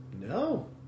no